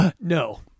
No